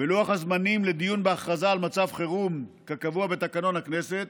ושל לוח הזמנים לדיון בהכרזה על מצב חירום כקבוע בתקנון הכנסת